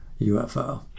UFO